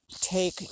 take